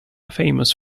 famous